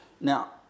Now